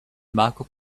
michael